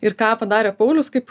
ir ką padarė paulius kaip